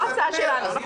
זו לא הצעה שלנו.